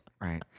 Right